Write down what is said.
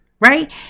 right